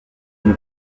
une